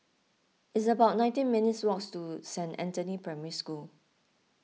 it's about nineteen minutes' walk to Saint Anthony's Primary School